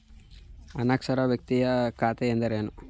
ಅನಕ್ಷರಸ್ಥ ವ್ಯಕ್ತಿಯ ಖಾತೆ ಎಂದರೇನು?